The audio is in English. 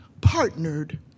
partnered